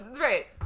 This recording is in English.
right